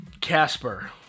Casper